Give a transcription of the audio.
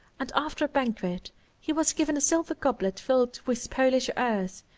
and after a banquet he was given a silver goblet filled with polish earth,